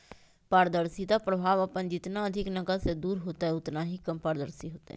पारदर्शिता प्रभाव अपन जितना अधिक नकद से दूर होतय उतना ही कम पारदर्शी होतय